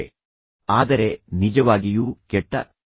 ಈ ಒಂದು ಮತ್ತೆ ನಾನು ಅದೇ ಚಿಂತನಾ ಕ್ರಮದಲ್ಲಿ ಮುಂದುವರಿಯಲಿದ್ದೇನೆ